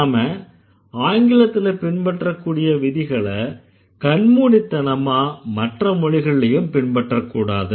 நாம ஆங்கிலத்துல பின்பற்றக்கூடிய விதிகளை கண்மூடித்தனமா மற்ற மொழிகள்லயும் பின்பற்றக்கூடாது